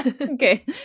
Okay